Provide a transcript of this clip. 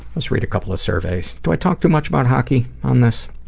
let's read a couple of surveys. do i talk too much about hockey, on this?